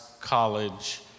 college